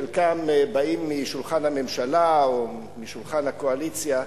חלקם באים משולחן הממשלה או משולחן הקואליציה,